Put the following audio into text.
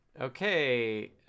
Okay